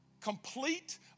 complete